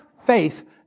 faith